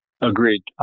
Agreed